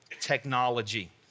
technology